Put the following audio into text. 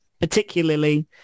particularly